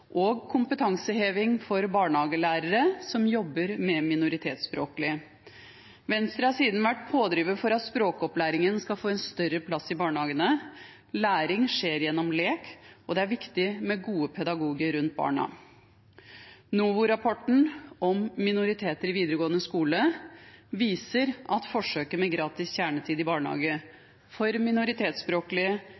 og kompetanseheving for barnehagelærere som jobber med minoritetsspråklige. Venstre har siden vært pådrivere for at språkopplæringen skal få en større plass i barnehagene. Læring skjer gjennom lek, og det er viktig med gode pedagoger rundt barna. NOVA-rapporten om minoriteter i videregående skole viser at forsøket med gratis kjernetid i barnehage